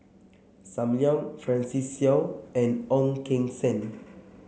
Sam Leong Francis Seow and Ong Keng Sen